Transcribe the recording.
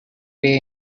way